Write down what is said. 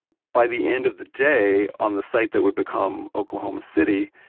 by the end of the day on the site that would become oklahoma city,